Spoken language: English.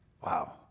Wow